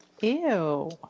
Ew